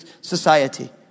society